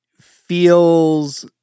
feels